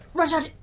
rudyard,